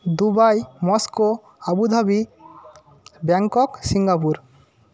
Dubai Moscow Abu Dhabi Bangkok Singapore